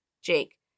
Jake